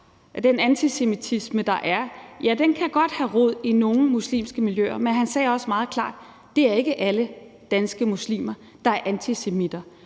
den antisemitisme, der er, godt kan have rod i nogle muslimske miljøer. Men han sagde også meget klart, at det ikke er alle danske muslimer, der er antisemitter,